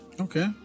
Okay